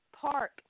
park